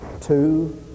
Two